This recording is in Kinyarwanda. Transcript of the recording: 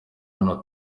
hano